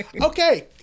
okay